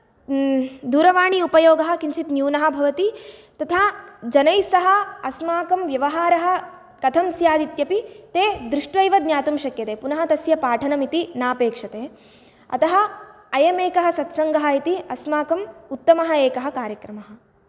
दूरवाणी उपयोगः किञ्चित् न्यूनः भवति तथा जनैः सह अस्माकं व्यवहारः कथं स्यात् इत्यपि ते दृष्ट्वा एव ज्ञातुं शक्यते पुनः तस्य पाठनम् इति नापेक्षते अतः अयम् एकः सत्सङ्गः इति अस्माकम् उत्तमः एकः कार्यक्रमः